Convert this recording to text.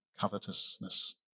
Covetousness